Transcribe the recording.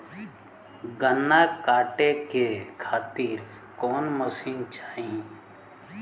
गन्ना कांटेके खातीर कवन मशीन चाही?